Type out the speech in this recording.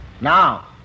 Now